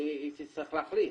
פה היא תצטרך להחליט